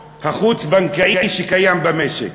עכשיו אני החלטתי לדבר על השוק האפור והשוק החוץ-בנקאי שקיים במשק,